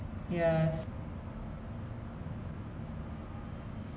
is big in bollywood industry and she started in tamil actually